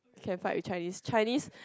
can fight with Chinese Chinese